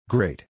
Great